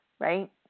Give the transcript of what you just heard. right